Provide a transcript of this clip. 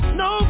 no